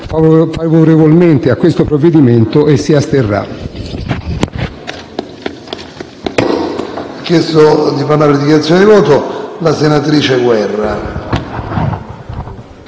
favorevolmente al provvedimento e si asterrà.